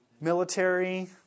military